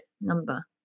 number